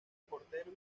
portero